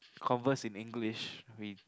converse in English with